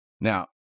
Now